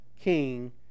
king